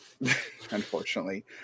Unfortunately